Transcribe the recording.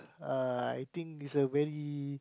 uh I think it's a very